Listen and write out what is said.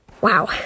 Wow